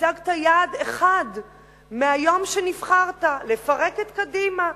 הצגת יעד אחד מהיום שנבחרת: לפרק את קדימה.